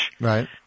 Right